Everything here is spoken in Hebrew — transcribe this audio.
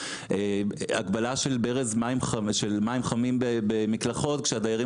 והגבלה של ברז מים חמים במקלחות כשהדיירים